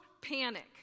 panic